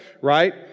Right